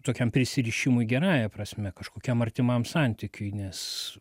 tokiam prisirišimui gerąja prasme kažkokiam artimam santykiui nes